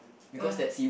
ya